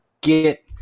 get